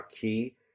Key